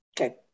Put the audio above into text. okay